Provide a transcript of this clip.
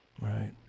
Right